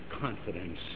confidence